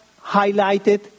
highlighted